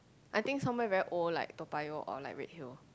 I think somewhere very old like Toa-Payoh or like Redhill